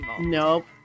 Nope